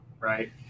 right